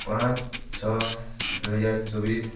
ପାଞ୍ଚ ଛଅ ଦୁଇହଜାର ଚବିଶି